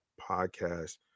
Podcast